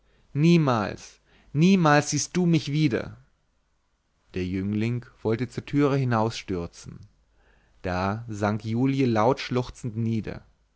niemals niemals siehst du mich wieder der jüngling wollte zur türe hinausstürzen da sank julie laut schluchzend nieder